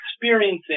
experiencing